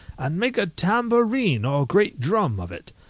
and make a tambourine or great drum of it.